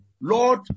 Lord